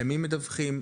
למי מדווחים,